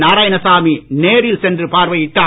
நாராயணசாமி நேரில் சென்று பார்வையிட்டார்